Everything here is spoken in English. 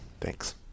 Thanks